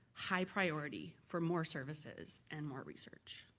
high priority for more services and more research.